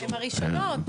הן הראשונות.